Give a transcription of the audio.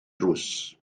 drws